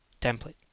template